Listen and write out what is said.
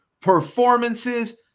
performances